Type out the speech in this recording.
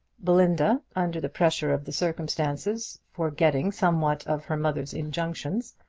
belinda, under the pressure of the circumstances, forgetting somewhat of her mother's injunctions,